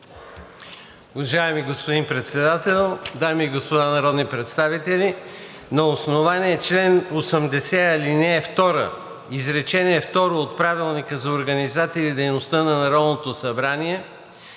Уважаеми господин Председател, дами и господа народни представители! На основание чл. 80, ал. 2, изречение второ от Правилника за организацията и дейността на Народното събрание